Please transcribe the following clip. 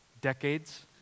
decades